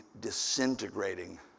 disintegrating